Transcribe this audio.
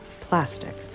plastic